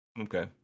Okay